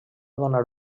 donar